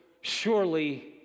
surely